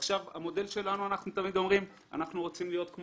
אנחנו תמיד אומרים שהמודל שלנו הוא כמו